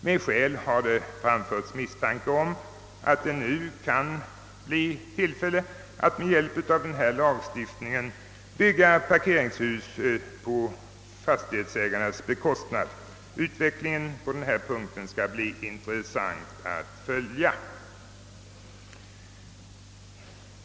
Med skäl har framförts misstanken om att det nu kan bli tillfälle att med hjälp av denna lagstiftning bygga parkeringshus på fastighetsägarnas bekostnad. Det skall bli intressant att följa utvecklingen på denna punkt.